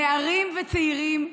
נערים וצעירים,